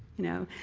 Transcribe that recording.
you know,